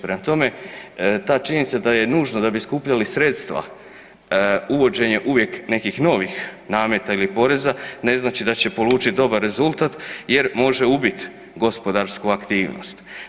Prema tome da je ta činjenica da je nužno da bi skupljali sredstva uvođenje uvijek nekih novih nameta ili poreza ne znači da će polučiti dobar rezultat jer može ubit gospodarsku aktivnost.